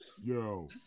yo